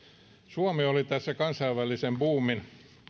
suomi oli kansainvälisen buumin